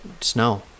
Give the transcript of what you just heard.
snow